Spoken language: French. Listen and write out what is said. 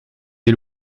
des